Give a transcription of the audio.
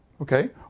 Okay